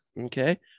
Okay